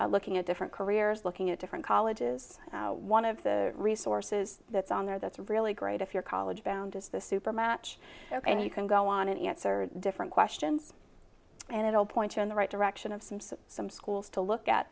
looking at different careers looking at different colleges one of the resources that's on there that's really great if you're college bound is the super match and you can go on and answer different questions and it'll point you in the right direction of some sort some schools to look at